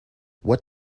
what